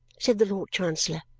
said the lord chancellor.